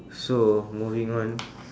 so moving on